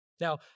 Now